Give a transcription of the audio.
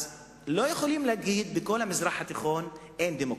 אז לא יכולים להגיד שבכל המזרח התיכון אין דמוקרטיה.